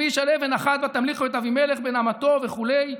איש על אבן אחת ותמליכו את אבימלך בן אמתו" וכו'.